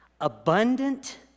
abundant